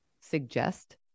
suggest